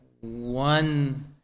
one